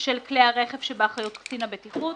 של כלי הרכב שבאחריות קצין הבטיחות.